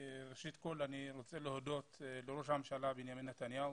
ראשית, אני רוצה להודות לראש הממשלה בנימין נתניהו